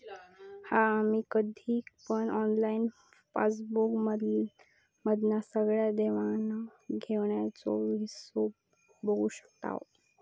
हा आम्ही कधी पण ऑनलाईन पासबुक मधना सगळ्या देवाण घेवाणीचो हिशोब बघू शकताव